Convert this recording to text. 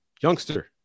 youngster